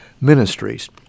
ministries